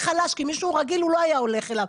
חלש, כי הוא לא היה הולך אל מישהו רגיל.